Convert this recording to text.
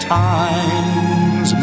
times